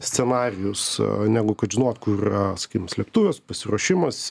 scenarijus negu kad žinot kur yra sakykim slėptuvės pasiruošimas